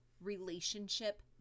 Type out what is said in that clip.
relationship